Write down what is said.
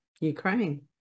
Ukraine